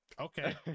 Okay